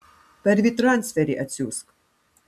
per vytransferį atsiųsk